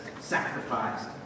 sacrificed